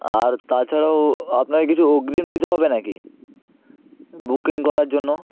আর তাছাড়াও আপনাকে কিছু অগ্রিম দিতে হবে না কি বুকিং করার জন্য